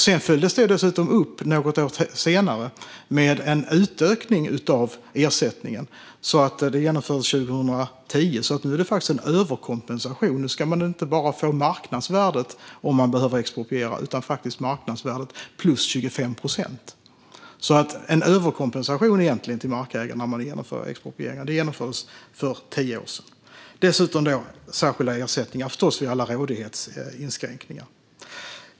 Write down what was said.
Sedan följdes detta dessutom upp något år senare med en utökning av ersättningen. Det genomfördes 2010. Nu är det faktiskt en överkompensation. Nu ska man inte bara få marknadsvärdet om det behöver ske en expropriering utan faktiskt marknadsvärdet plus 25 procent. För tio år sedan genomfördes egentligen en överkompensation till markägarna vid exproprieringar. Dessutom finns det förstås särskilda ersättningar vid alla rådighetsinskränkningar.